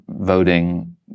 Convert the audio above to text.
voting